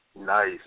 Nice